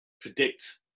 predict